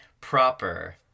proper